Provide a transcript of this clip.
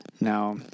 Now